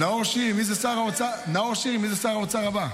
נאור שירי, מי זה שר האוצר הבא?